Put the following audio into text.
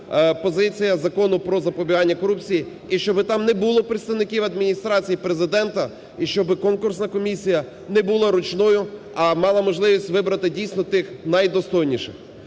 позиція Закону про запобігання корупції і щоб там не було представників Адміністрації Президента, і щоб конкурсна комісія не була ручною, а мала можливість вибрати дійсно тих найдостойніших.